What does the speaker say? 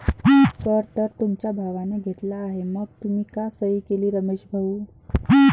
कर तर तुमच्या भावाने घेतला आहे मग तुम्ही का सही केली रमेश भाऊ?